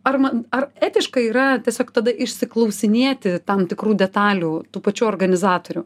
ar man ar etiška yra tiesiog tada išsiklausinėti tam tikrų detalių tų pačių organizatorių